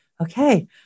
okay